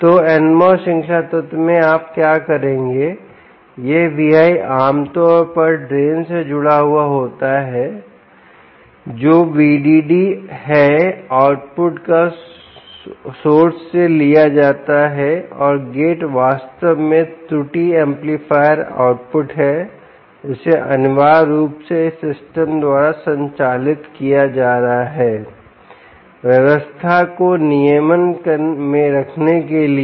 तो NMOS श्रृंखला तत्व में आप क्या करेंगे यह Vi आमतौर पर ड्रेन से जुड़ा होता जो VDD है आउटपुट को सोर्स से लिया जाता है और गेट वास्तव में त्रुटि एम्पलीफायर आउटपुट है जिसे अनिवार्य रूप से इस सिस्टम द्वारा संचालित किया जा रहा है व्यवस्था को नियमन में रखने के लिए